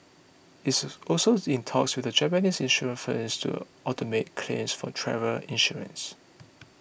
it is also in talks with a Japanese insurance firm to automate claims for travel insurance